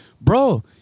bro